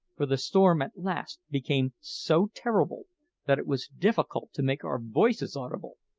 for the storm at last became so terrible that it was difficult to make our voices audible.